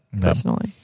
personally